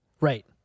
Right